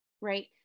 right